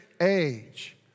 age